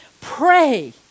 pray